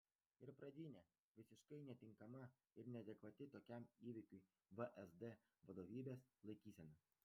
ir pradinė visiškai netinkama ir neadekvati tokiam įvykiui vsd vadovybės laikysena